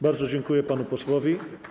Bardzo dziękuję panu posłowi.